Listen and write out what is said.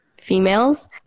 females